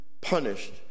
punished